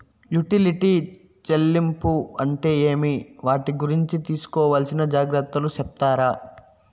Utility చెల్లింపులు అంటే ఏమి? వాటి గురించి తీసుకోవాల్సిన జాగ్రత్తలు సెప్తారా?